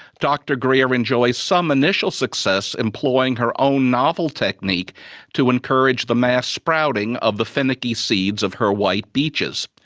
dr greer enjoys some initial success employing her own novel technique to encourage the mass sprouting of the finicky seeds of her white beeches.